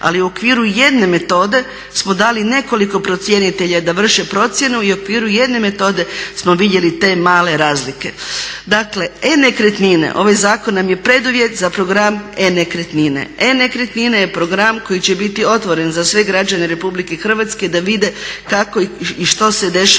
Ali u okviru jedne metode smo dali nekoliko procjenitelja da vrše procjenu i u okviru jedne metode smo vidjeli te male razlike. Dakle e-nekretnine, ovaj zakon nam je preduvjet za program e-nekretnine. E-nekretnine je program koji će biti otvoren za sve građane Republike Hrvatske da vide kako i što se dešava